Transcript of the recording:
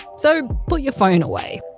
so put your phone away.